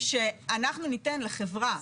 שאנחנו ניתן לחברה,